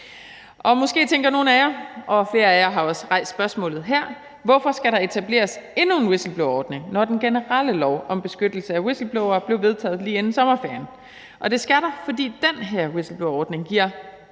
Måske tænker nogle af jer, og flere af jer har også rejst spørgsmålet her: Hvorfor skal der etableres endnu en whistleblowerordning, når den generelle lov om beskyttelse af whistleblowere blev vedtaget lige inden sommerferien? Det skal der, fordi den her whistleblowerordning giver